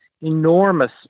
enormous